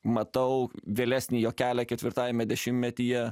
matau vėlesnį jo kelią ketvirtajame dešimtmetyje